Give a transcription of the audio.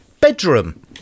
bedroom